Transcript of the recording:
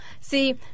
See